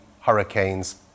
hurricanes